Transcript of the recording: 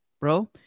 bro